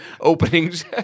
openings